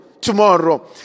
tomorrow